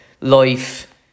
life